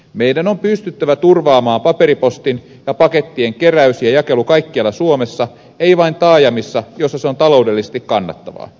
meidän on pystyttävä turvaamaan paperipostin ja pakettien keräys ja jakelu kaikkialla suomessa ei vain taajamissa joissa se on taloudellisesti kannattavaa